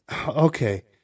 Okay